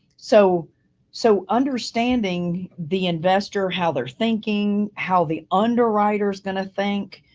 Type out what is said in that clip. so so understanding the investor, how they're thinking, how the underwriter's gonna think,